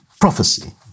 prophecy